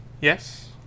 Yes